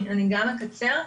אני גם אדבר בקצרה.